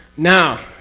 now,